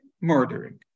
murdering